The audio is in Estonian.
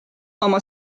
oma